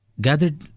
gathered